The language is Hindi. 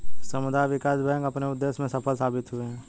सामुदायिक विकास बैंक अपने उद्देश्य में सफल साबित हुए हैं